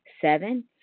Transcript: Seven